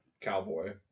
cowboy